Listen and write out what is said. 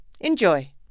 Enjoy